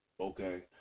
Okay